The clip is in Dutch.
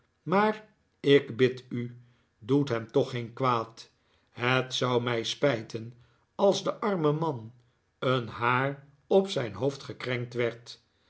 maar ik bid u doe hem toch geen kwaad het zou mij spijten als den armen man een haar op zijn hoofd gekrenkt werd